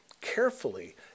carefully